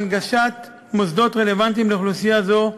הנגשת מוסדות רלוונטיים לאוכלוסייה זו,